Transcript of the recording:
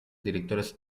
directores